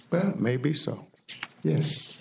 well maybe so yes